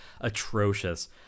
atrocious